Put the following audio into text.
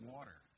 Water